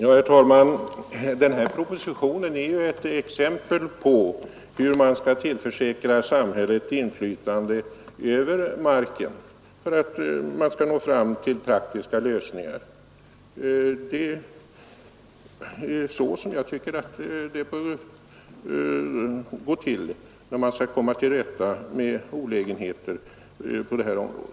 Herr talman! Den här propositionen är ett exempel på hur man skall tillförsäkra samhället inflytande över marken och nå fram till praktiska lösningar. Det är så jag tycker att det bör gå till för att man skall komma till rätta med olägenheter på det här området.